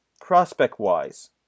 prospect-wise